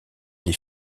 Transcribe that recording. des